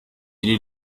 iri